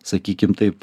sakykim taip